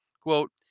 Quote